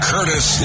Curtis